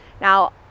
Now